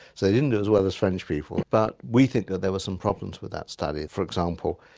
so they didn't do as well as french people. but we think that there were some problems with that study. for example,